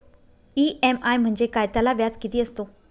EMI म्हणजे काय? त्याला व्याज किती असतो?